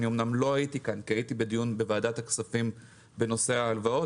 אמנם לא הייתי כאן כי הייתי בדיון בוועדת הכספים בנושא ההלוואות,